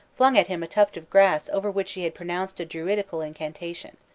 flung at him a tuft of grass over which he had pronounced a druidical incantation.